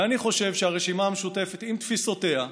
ואני חושב שהרשימה המשותפת, עם תפיסותיה,